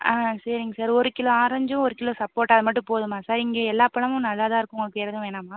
ஆ சரிங்க சார் ஒரு கிலோ ஆரஞ்சும் ஒரு கிலோ சப்போட்டா அதுமட்டும் போதுமா சார் இங்கே எல்லா பழமும் நல்லாதான் இருக்கும் உங்களுக்கு வேறு எதுவும் வேணாமா